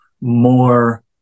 more